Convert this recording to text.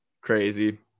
crazy